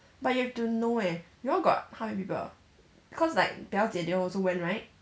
but you have to know eh you all got how many people cause like 表姐 they all also went right